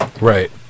Right